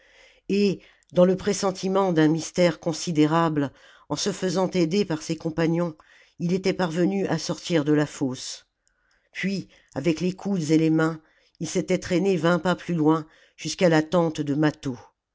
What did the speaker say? et dans le pressentiment d'un mystère considérable en se faisant aider par ses compagnons il était parvenu à sortn de la fosse puis avec les coudes et les mains il s'était traîné vingt pas plus loin jusqu'à la tente de mâtho